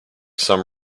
some